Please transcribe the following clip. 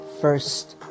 first